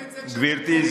גברתי,